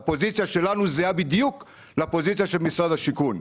הפוזיציה שלנו זהה בדיוק לפוזיציה של משרד השיכון.